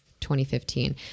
2015